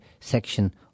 section